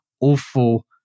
awful